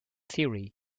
theory